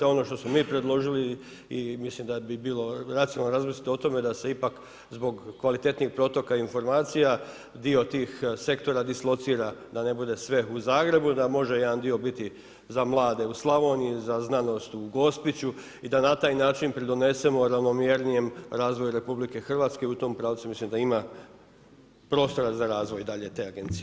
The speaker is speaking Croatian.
A ono što smo mi predložili i mislim da bi bilo racionalno razmisliti o tome da se ipak zbog kvalitetnijih protoka informacija, dio tih sektora dislocira, da ne bude sve u Zagrebu, da može jedan dio biti za mlade u Slavoniji, za znanost u Gospiću i da na taj način pridonesemo ravnomjernijem razvoju RH, u tom pravcu mislim da ima prostora za razvoj dalje te agencije.